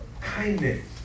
kindness